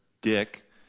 dick